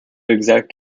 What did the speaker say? exact